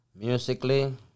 Musically